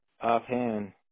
offhand